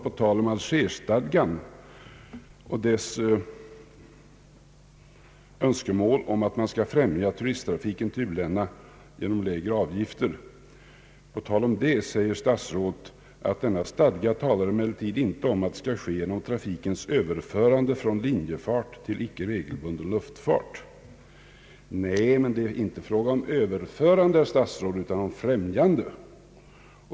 På tal om Algerstadgan och dess önskemål att man skall främja turisttrafiken genom lägre avgifter sade statsrådet, att denna stadga »talar emellertid inte om att det skall ske genom trafikens överförande från injefart till icke regelbunden luftfart». Nej, men det är inte fråga om överförande, herr statsråd, utan om främjande.